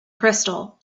crystal